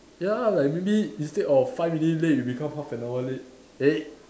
ya lah like maybe instead of five minute late you become half an hour late eh